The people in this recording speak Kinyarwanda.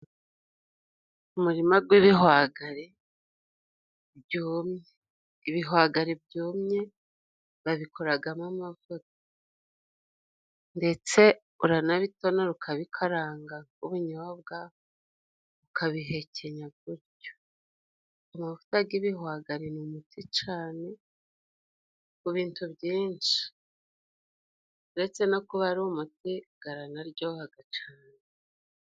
Umurima gw'ibihwagare byumye. Ibihwagari byumye babikoragamo amavuta ndetse uranabitonora ukabikaranga nk'ubunyobwa, ukabihekenya gutyo. Amavuta g'ibihwagari ni umuti cane ku bintu byinshi ndetse no kuba hari umutegaranaryohaga cane.